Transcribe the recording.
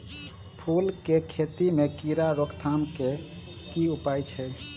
फूल केँ खेती मे कीड़ा रोकथाम केँ की उपाय छै?